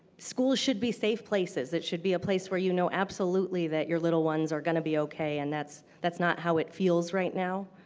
schools should be safe places. it should be a place where you know absolutely that your little ones are going to be okay. and that's that's not how it feels right now.